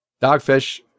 Dogfish